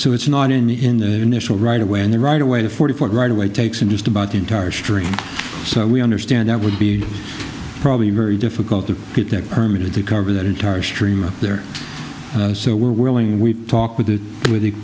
so it's not in the initial right of way and the right of way to forty foot right away takes in just about the entire street so we understand that would be probably very difficult to get that ermey to cover that entire stream there so we're willing we talk with the with the